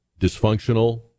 dysfunctional